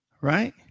Right